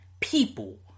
people